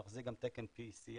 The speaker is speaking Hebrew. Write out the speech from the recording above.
מחזיק גם תקן PCI,